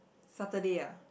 Saturday ah